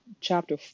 chapter